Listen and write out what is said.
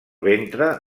ventre